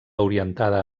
orientada